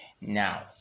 Now